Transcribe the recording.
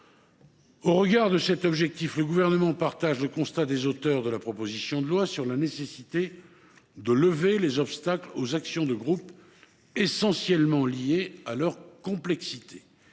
Au regard de cet objectif, le Gouvernement partage le constat des auteurs de ce texte quant à la nécessité de lever les obstacles aux actions de groupe, qui sont essentiellement liés à leur complexité.